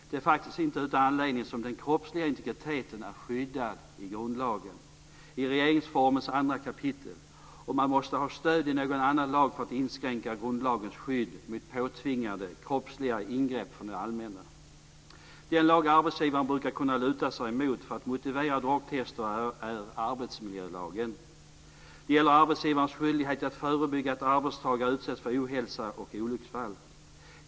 Det är faktiskt inte utan anledning som den kroppsliga integriteten är skyddad i grundlagen, i regeringsformens andra kapitel, och man måste ha stöd i någon annan lag för att inskränka grundlagens skydd mot påtvingade kroppsliga ingrepp från det allmänna. Den lag som arbetsgivaren brukar kunna luta sig mot för att motivera drogtester är arbetsmiljölagen. Det gäller arbetsgivarens skyldighet att förebygga att arbetstagare utsätts för ohälsa och olycksfall.